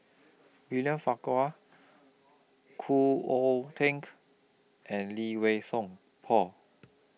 William Farquhar Khoo Oon Teik and Lee Wei Song Paul